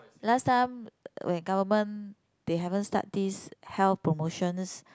last time when government they haven't start these health promotions